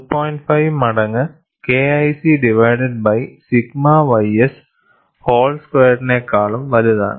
5 മടങ്ങ് KIC divided by sigma ys whole സ്ക്വയേർഡ്നെക്കളും വലുതാണ്